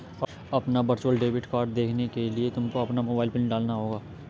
अपना virtual debit card देखने के लिए तुमको अपना मोबाइल पिन डालना होगा